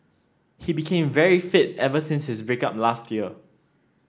he became very fit ever since his break up last year